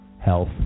health